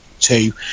two